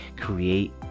create